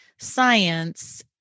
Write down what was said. science